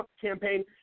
campaign